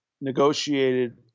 negotiated